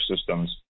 systems